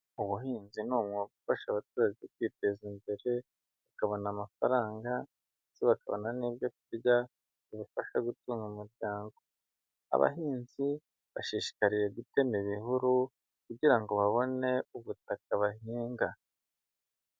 Ubuhinzi ni umwuga ufasha abaturage kwiteza imbere, bakabona amafaranga ndetse bakabona n'ibyo kurya bibafasha gutunga umuryango. Abahinzi bashishikariye gutema ibihuru kugira ngo babone ubutaka bahinga.